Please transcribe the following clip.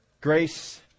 Grace